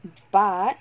but